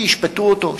שישפטו אותו,